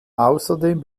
außerdem